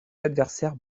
adversaires